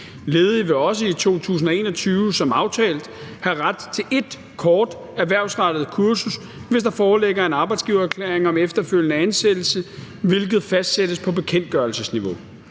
Ledige vil også i 2021 som aftalt have ret til ét kort erhvervsrettet kursus, hvis der foreligger en arbejdsgivererklæring om efterfølgende ansættelse, hvilket fastsættes på bekendtgørelsesniveau.